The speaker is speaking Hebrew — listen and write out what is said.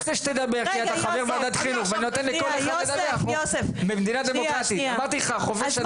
אני רוצה שתדבר אנחנו במדינה דמוקרטית ויש חופש דעות,